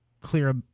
clear